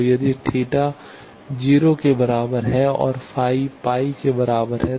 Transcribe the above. तो यदि थीटा θ 0 के बराबर है और फाइ φ π के बराबर है